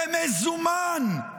במזומן.